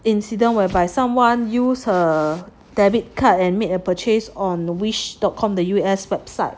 incident whereby someone use her debit card and made a purchase on the wish dot com the U_S website